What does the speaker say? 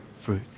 fruit